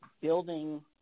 building